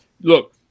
look